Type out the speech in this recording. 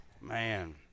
Man